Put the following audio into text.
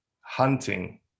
Hunting